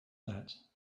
that